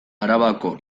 arabako